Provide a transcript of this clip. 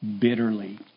bitterly